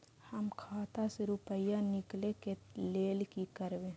हम खाता से रुपया निकले के लेल की करबे?